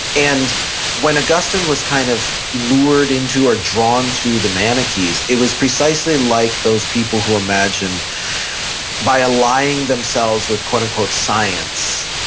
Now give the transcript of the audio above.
and when augustine was kind of lured into or drawn to the manichaeist it was precisely like those people who imagined by aligning themselves with quote unquote science.